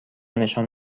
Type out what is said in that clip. نشان